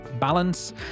balance